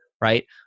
right